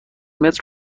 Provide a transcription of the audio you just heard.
متر